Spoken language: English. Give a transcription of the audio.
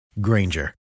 Granger